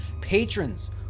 patrons